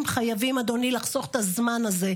וכל זאת בזמן שיש לנו מדינה ריבונית וצבא חזק.